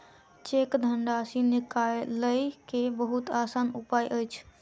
cheque धनराशि निकालय के बहुत आसान उपाय अछि